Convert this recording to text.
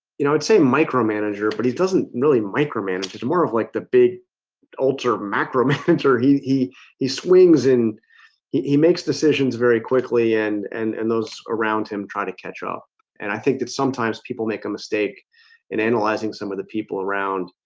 you know, it's a micromanager but he doesn't really micromanage is more of like the big alter macro manager he he he swings in he he makes decisions very quickly and and and those around him try to catch up and i think that sometimes people make a mistake in analyzing some of the people around